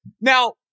Now